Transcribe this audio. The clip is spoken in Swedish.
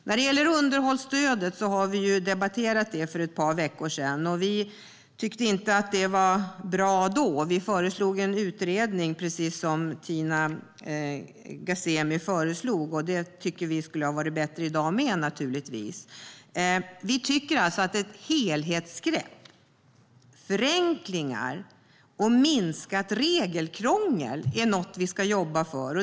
När det gäller underhållsstödet har vi redan debatterat det för ett par veckor sedan. Då tyckte vi inte att det var bra och föreslog en utredning, vilket också Tina Ghasemi tog upp. Det tycker vi naturligtvis även i dag hade varit bättre. Vi tycker att det behöver tas ett helhetsgrepp. Förenklingar och minskat regelkrångel är sådant som vi ska jobba för.